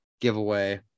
giveaway